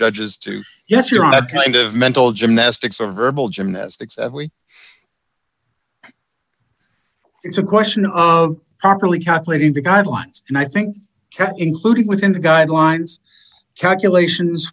judges to yes you're in that kind of mental gymnastics of verbal gymnastics we it's a question of properly calculating the guidelines and i think that including within the guidelines calculations